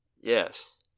Yes